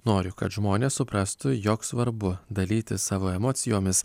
noriu kad žmonės suprastų jog svarbu dalytis savo emocijomis